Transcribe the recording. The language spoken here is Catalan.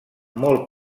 molt